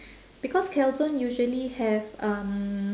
because calzone usually have um